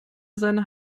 seine